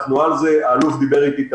אנחנו על זה, האלוף תמיר ידעי דיבר איתי.